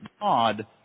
God